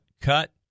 cut